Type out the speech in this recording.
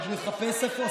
אמרתם.